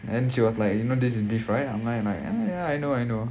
and then she was like you know this is beef right I'm like and I ya I know I know